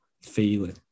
feeling